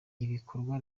ibikorwa